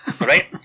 Right